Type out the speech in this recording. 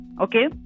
okay